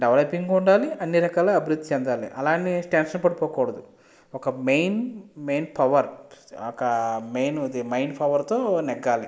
developing ఉండాలి అన్ని రకాల అభివృద్ధి చెందాలి అలా అని టెన్షన్ పడిపోకూడదు ఒక మెయిన్ మెయిన్ పవర్ ఒక మెయిన్ మైండ్ పవర్తో నెగ్గాలి